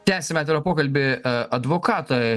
tęsiame pokalbį advokatai